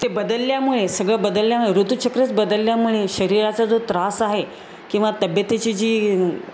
ते बदलल्यामुळे सगळं बदलल्यामुळे ऋतूचक्रच बदलल्यामुळे शरीराचा जो त्रास आहे किंवा तब्येतीची जी